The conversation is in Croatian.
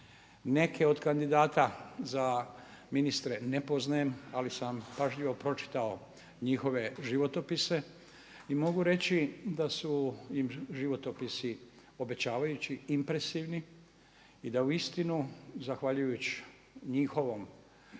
Neke od kandidata za ministre ne poznajem ali sam pažljivo pročitao njihove životopise i mogu reći da su im životopisi obećavajući, impresivni i da uistinu zahvaljujući njihovom